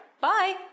Bye